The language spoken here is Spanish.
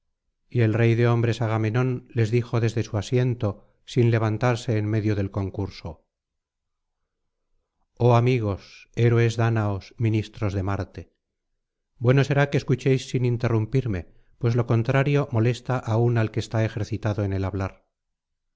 y el rey de hombres agamenón les dijo desde su asiento sin levantarse en medio del concurso oh amigos héroes dáñaos ministros de marte bueno será que escuchéis sin interrumpirme pues lo contrario molesta aun al que está ejercitado en el hablar